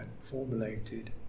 formulated